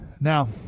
Now